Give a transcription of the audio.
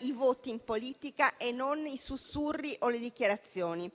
i voti in politica e non i sussurri o le dichiarazioni.